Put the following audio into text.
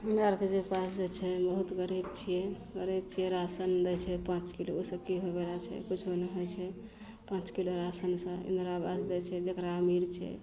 हमरा आरके जे पास जे छै बहुत गरीब छियै गरीब छियै राशन दै छै पाँच किलो ओइसँ की होइवला छै कुछो नहि होइ छै पाँच किलो राशनसँ इन्दिरा आवास दै छै जकरा अमीर छै